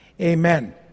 Amen